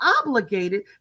obligated